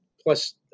plus